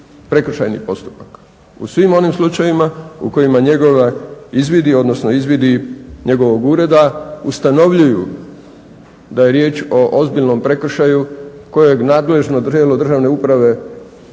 prekršajni postupak u svim onim slučajevima u kojima njegovi izvidi, odnosno izvidi njegovog ureda ustanovljuju da je riječ o ozbiljnom prekršaju kojeg nadležno tijelo državne uprave